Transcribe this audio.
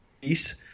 peace